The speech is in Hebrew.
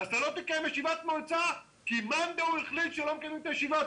אתה לא תקיים ישיבת מועצה כי מאן דהוא החליט שלא מקיימים את הישיבה.